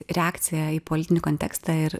reakcija į politinį kontekstą ir